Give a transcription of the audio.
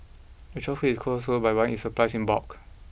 the shop keeps its costs low by buying its supplies in bulk